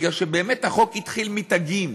בגלל שבאמת החוק התחיל מתגים,